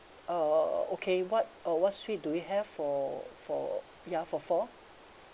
uh okay what uh what suite do we have for for ya for four